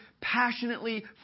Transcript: passionately